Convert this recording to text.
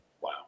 Wow